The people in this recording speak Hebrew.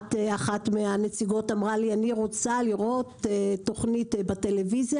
אחת מהנציגות אמרה לי: אני רוצה לראות תכנית בידור בטלוויזיה